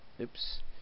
oops